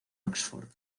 oxford